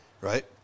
Right